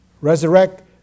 resurrect